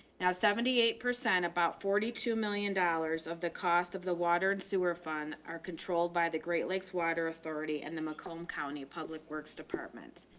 now seventy eight percent about forty two million dollars of the cost of the water and sewer fun are controlled by the great lakes water authority and the mccomb county public works department.